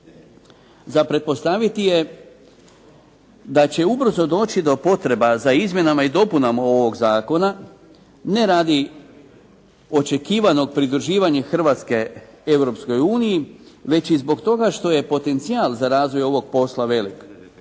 Za pretpostaviti je da će ubrzo doći do potreba za izmjenama i dopunama ovog zakona, ne radi očekivanog pridruživanja Hrvatske Europskoj uniji, već i zbog toga što je i potencijal za razvoj ovog posla velik,